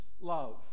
love